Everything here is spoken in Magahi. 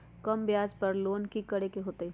कम ब्याज पर लोन की करे के होतई?